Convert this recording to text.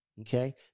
Okay